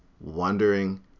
wondering